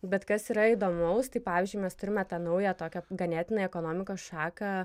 bet kas yra įdomaus tai pavyzdžiui mes turime tą naują tokia ganėtinai ekonomikos šaką